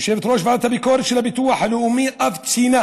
יושבת-ראש ועדת הביקורת של הביטוח הלאומי אף ציינה